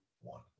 one